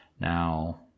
Now